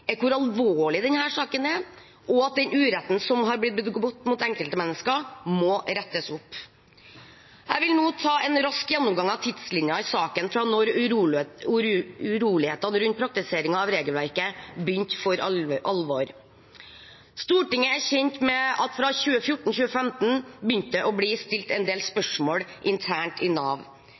er hvor alvorlig denne saken er, og at den uretten som har blitt begått mot enkeltmennesker, må rettes opp. Jeg vil nå ta en rask gjennomgang av tidslinjen i saken, fra da urolighetene rundt praktiseringen av regelverket begynte for alvor. Stortinget er kjent med at det fra 2014/2015 begynte å bli stilt en del spørsmål internt i Nav,